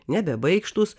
nebe baikštūs